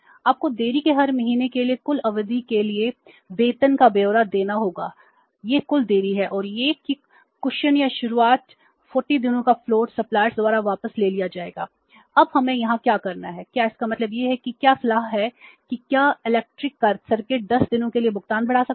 आपको देरी के हर महीने के लिए कुल अवधि के लिए वेतन का ब्योरा देना होगा यह कुल देरी है और यह कि कुशन या शुरुआती 40 दिनों का फ्लोट 10 दिनों के लिए भुगतान बढ़ा सकता है